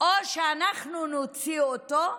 או שאנחנו נוציא אותו,